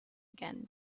again